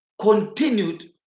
continued